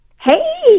Hey